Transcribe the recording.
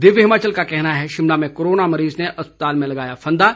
दिव्य हिमाचल का कहना है शिमला में कोरोना मरीज ने अस्पताल में लगाया फंदा